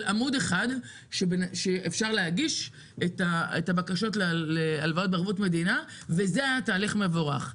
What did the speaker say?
של עמוד אחד שאפשר להגיש את הבקשות לערבות מדינה וזה היה תהליך מבורך.